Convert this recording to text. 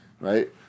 right